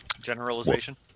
Generalization